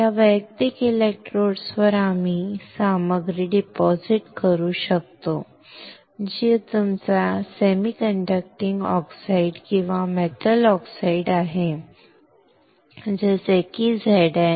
या वैयक्तिक इलेक्ट्रोड्सवर आम्ही सामग्री जमा करू शकतो जी तुमचा सेमीकंडक्टिंग ऑक्साईड किंवा मेटल ऑक्साईड आहे जसे की ZnO उजवीकडे